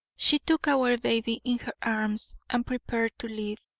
she took our baby in her arms and prepared to leave.